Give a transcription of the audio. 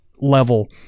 level